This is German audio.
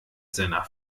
seiner